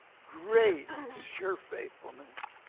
great is your faithfulness.